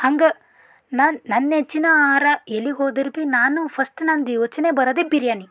ಹಂಗೆ ನಾನು ನನ್ನ ನೆಚ್ಚಿನ ಆಹಾರ ಎಲ್ಲಿಗೆ ಹೋದರೂ ಭಿ ನಾನು ಫಸ್ಟ್ ನನ್ನದು ಯೋಚನೆ ಬರೋದೇ ಬಿರ್ಯಾನಿ